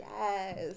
yes